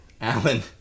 Alan